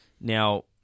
Now